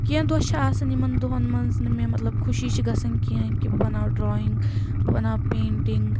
کیٚنٛہہ دۄہ چھِ آسان یِمن دۄہَن منٛز نہٕ مےٚ مطلب خوشی چھِ گژھان کیٚنٛہہ کہِ بہٕ بَناو ڈرایِنٛگ بہٕ بَناو پیٚنٛٹنٛگ